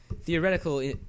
theoretical